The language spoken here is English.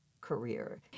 career